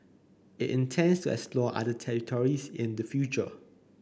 it intends to explore other territories in the future